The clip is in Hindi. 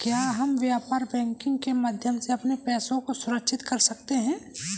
क्या हम व्यापार बैंकिंग के माध्यम से अपने पैसे को सुरक्षित कर सकते हैं?